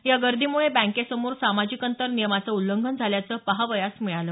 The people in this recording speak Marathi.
या गर्दीमुळे बँकेसमोर सामाजिक अंतर नियमाचं उल्लंघन झाल्याचं पाहावयास मिळालं